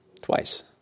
Twice